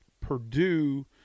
Purdue